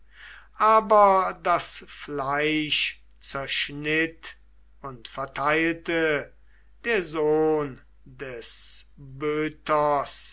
aber das fleisch zerschnitt und verteilte der sohn des